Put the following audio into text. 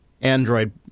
Android